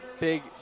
Big